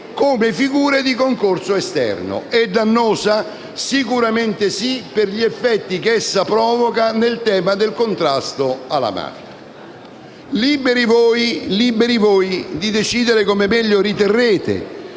come figure di concorso esterno. È dannosa? Sicuramente sì per gli effetti che essa provoca nel tema del contrasto alla mafia. Liberi voi di decidere come meglio riterrete.